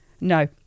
No